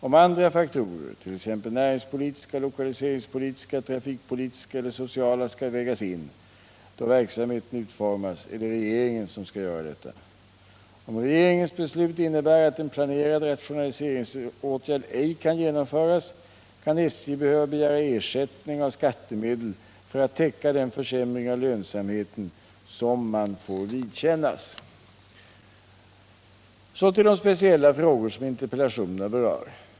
Om andra faktorer, t.ex. näringspolitiska, lokaliseringspolitiska, trafikpolitiska eller sociala, skall vägas in då verksamheten utformas är det regeringen som skall göra detta. Om regeringens beslut innebär att en planerad rationaliseringsåtgärd ej kan genomföras kan SJ behöva begära ersättning av skattemedel för att täcka den försämring av lönsamheten som man får vidkännas. Så till de speciella frågor som interpellationerna berör.